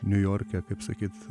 niujorke kaip sakyt